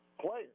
players